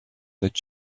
that